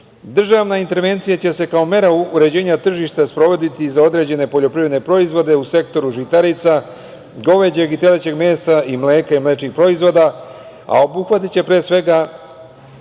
intervencija će se kao mera uređenja tržišta sprovoditi za određene poljoprivredne proizvode u sektoru žitarica, goveđeg i telećeg mesa, mleka i mlečnih proizvoda, a obuhvatiće pre svega